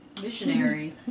Missionary